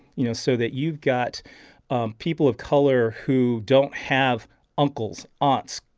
you know, so that you've got um people of color who don't have uncles, aunts,